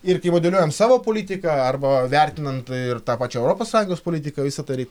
ir kai modeliuojam savo politiką arba vertinant ir tą pačią europos sąjungos politiką visą tai reik